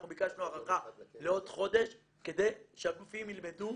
אנחנו ביקשנו הארכה לעוד חודש כדי שהגופים ילמדו,